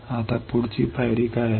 आता पुढील पायरी काय आहे